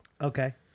Okay